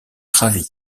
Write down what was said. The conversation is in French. ravi